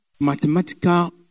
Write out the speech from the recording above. Mathematical